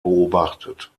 beobachtet